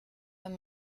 wenn